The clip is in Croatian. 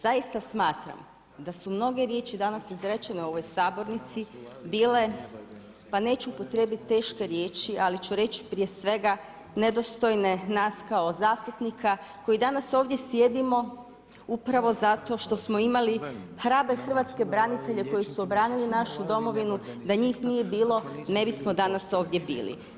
Zaista smatram, da su mnoge riječi danas izrečene u ovoj sabornici, bile pa neću upotrijebiti teške riječi, ali ću reći prije svega nedostojne, nas kao zastupnika, koji danas ovdje sjedimo upravo zato što smo imali hrabre hrvatske branitelje koji su obranili našu Domovinu, da njih nije bilo ne bismo danas ovdje bili.